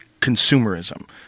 consumerism